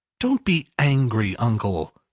don't be angry, uncle.